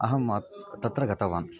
अहं तत्र गतवान्